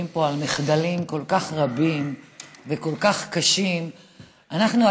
פה על מחדלים כל כך רבים וכל כך קשים היום,